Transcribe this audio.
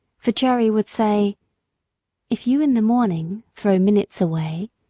for jerry would say if you in the morning throw minutes away,